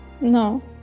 No